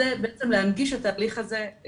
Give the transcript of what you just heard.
--- להנגיש את ההליך הזה,